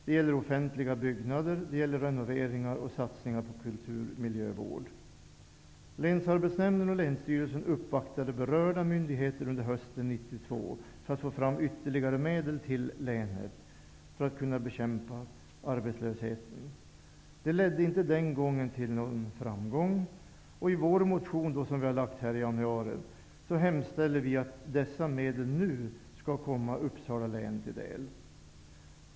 Det gäller offentliga byggnader samt renoveringar och satsningar på kulturvård. Länsarbetsnämnden och länsstyrelsen uppvaktade berörda myndigheter under hösten 1992 för att få fram ytterligare medel till länet för att kunna bekämpa arbetslösheten. Det ledde inte till någon framgång. I vår motion nu i januari hemställer vi att dessa medel nu skall komma Uppsala län till del.